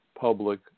public